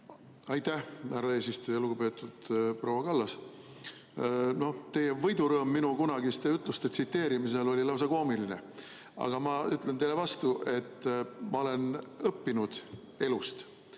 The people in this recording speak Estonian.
Aitäh, härra eesistuja! Lugupeetud proua Kallas! Teie võidurõõm minu kunagiste ütluste tsiteerimisel oli lausa koomiline. Aga ma ütlen teile vastu, et ma olen õppinud elust